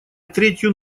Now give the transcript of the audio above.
третью